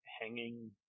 hanging